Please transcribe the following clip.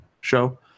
show